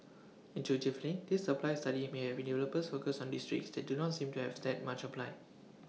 intuitively this supply study may help developers focus on districts that do not seem to have that much supply